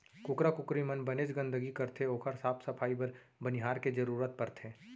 कुकरा कुकरी मन बनेच गंदगी करथे ओकर साफ सफई बर बनिहार के जरूरत परथे